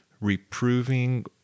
reproving